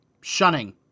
shunning